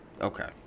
Okay